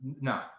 No